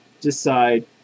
decide